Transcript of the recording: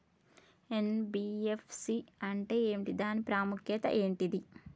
NBFC అంటే ఏమిటి దాని ప్రాముఖ్యత ఏంటిది?